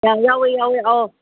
ꯑꯧ ꯌꯥꯎꯋꯦ ꯌꯥꯎꯋꯦ ꯑꯧ